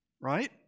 right